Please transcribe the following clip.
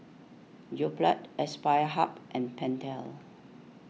Yoplait Aspire Hub and Pentel